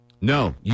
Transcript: No